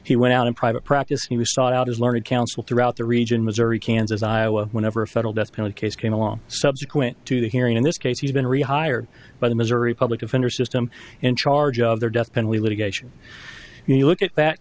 he went out in private practice he was sought out as learned counsel throughout the region missouri kansas iowa whenever a federal death penalty case came along subsequent to the hearing in this case he's been rehired by the missouri public defender system in charge of their death penalty litigation you look at that